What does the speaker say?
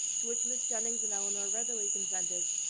to which mrs. jennings and elinor readily consented,